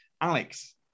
Alex